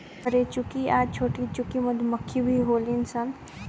बरेचुकी आ छोटीचुकी मधुमक्खी भी होली सन